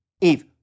Eve